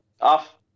off